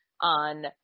on